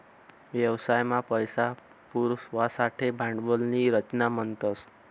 व्यवसाय मा पैसा पुरवासाठे भांडवल नी रचना म्हणतस